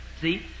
See